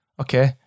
okay